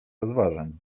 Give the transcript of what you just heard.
rozważań